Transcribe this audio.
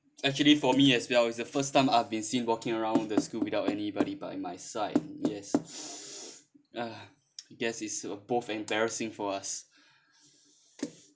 actually for me as well as the first time I've been seen walking around the school without anybody by my side yes ah guess it's uh both embarrassing for us